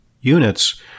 units